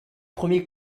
premiers